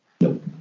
Nope